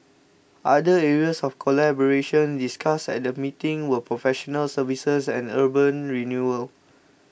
other areas of collaboration discussed at the meeting were professional services and urban renewal